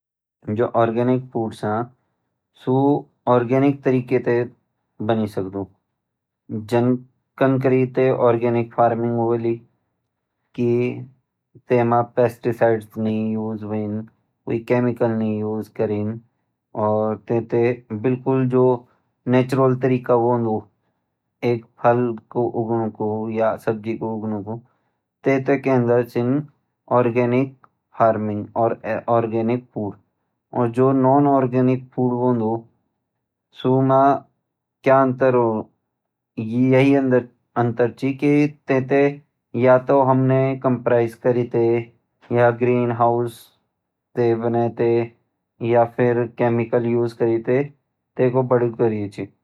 जू organic food छा कन करी ते आर्गेनिक फार्मिंग हुएली जेमा पेस्टिसाईड्स नहीं हुला कोई केमिकल नी इस्तेमाल क़रीन और बिकुल नेचुरल तरीका हुएँडू या तो तेते कंप्रेस करिते या ग्रीनहाउस ते बनेते या फिर केमिकल इस्तेमाल करिते तेकू बड़ू करियू छ